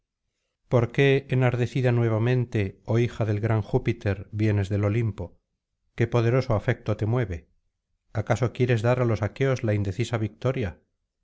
por qué enardecida nuevamente oh hija del gran júpiter vienes del olimpo qué poderoso afecto te mueve acaso quieres dar á los aqueos la indecisa victoria